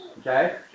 Okay